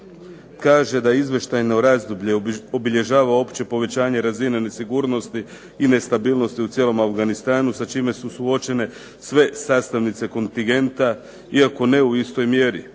kaže da izvještajno razdoblje obilježava opće povećanje razine nesigurnosti i nestabilnosti u cijelom Afganistanu sa čime su suočene sve sastavnice kontingenta iako ne u istoj mjeri.